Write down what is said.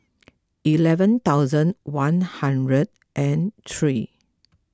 eleven thousand one hundred and three